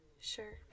sure